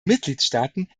mitgliedstaaten